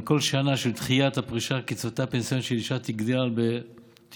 על כל שנה של דחיית הפרישה קצבתה הפנסיונית של אישה תגדל ב-9%.